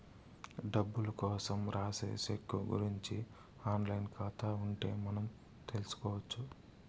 డబ్బులు కోసం రాసే సెక్కు గురుంచి ఆన్ లైన్ ఖాతా ఉంటే మనం తెల్సుకొచ్చు